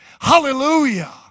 Hallelujah